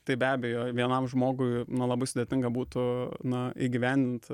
tai be abejo vienam žmogui nu labai sudėtinga būtų na įgyvendint